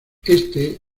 este